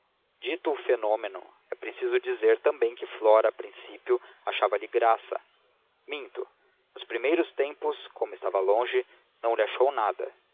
dito o fenômeno é preciso dizer também que flora a princípio achava lhe graça minto nos primeiros tempos como estava longe não lhe achou nada